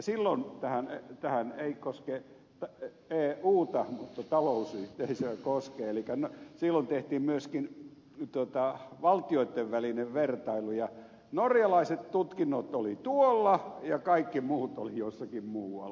silloin tehtiin ei koske euta mutta talousyhteisöä koskee myöskin valtioitten välinen vertailu ja norjalaiset tutkinnot olivat tuolla ja kaikki muut olivat jossakin muualla